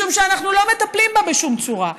משום שאנחנו לא מטפלים בהם בשום צורה.